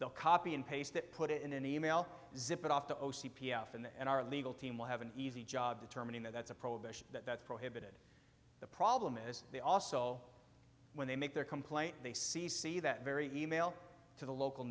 they'll copy and paste it put it in an email zip it off the o c p f and our legal team will have an easy job determining that that's a prohibition that's prohibited the problem is they also when they make their complaint they see see that very e mail to the local